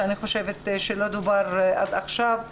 שאני חושבת שלא הוזכר עד עכשיו,